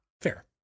fair